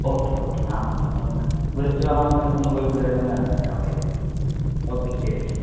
okay okay ആ മതി അപ്പോൾ നമുക്ക് വിളിച്ചു പറഞ്ഞാൽ നമുക്ക് വീട് ഒക്കെ ഒന്ന് കണ്ടിട്ട് വരാം ഓക്കേ അല്ലേ ശരി